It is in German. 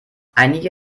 einige